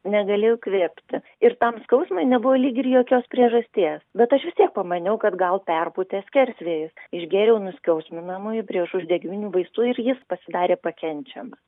negalėjau įkvėpti ir tam skausmui nebuvo lyg ir jokios priežasties bet aš vis tiek pamaniau kad gal perpūtė skersvėjis išgėriau nuskausminamųjų priešuždegiminių vaistų ir jis pasidarė pakenčiamas